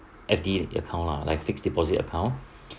F_D account lah like fixed deposit account